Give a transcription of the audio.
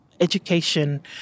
education